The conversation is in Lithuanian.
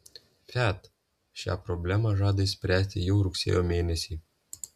fiat šią problemą žada išspręsti jau rugsėjo mėnesį